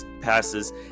passes